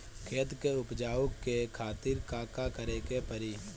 खेत के उपजाऊ के खातीर का का करेके परी?